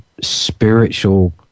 spiritual